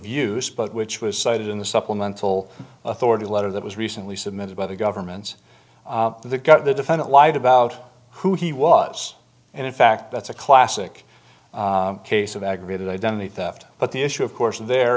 use but which was cited in the supplemental authority letter that was recently submitted by the governments the got the defendant lied about who he was and in fact that's a classic case of aggravated identity theft but the issue of course there